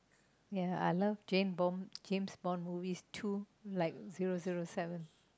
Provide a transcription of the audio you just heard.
ya I love Jame-Bond James-Bond movies too like zero zero seven